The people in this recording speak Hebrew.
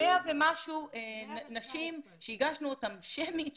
100 ומשהו נשים שהגשנו את הרשימה השמית שלהן,